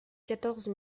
quatorze